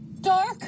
dark